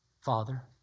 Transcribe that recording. Father